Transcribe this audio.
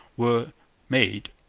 were made.